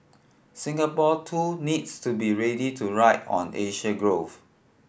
Singapore too needs to be ready to ride on Asia growth